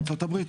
ארצות הברית,